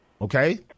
okay